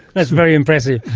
that's very impressive,